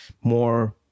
more